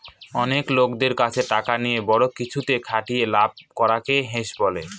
অনেক লোকদের কাছে টাকা নিয়ে বড়ো কিছুতে খাটিয়ে লাভ করাকে হেজ বলে